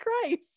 Christ